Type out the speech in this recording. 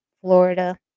Florida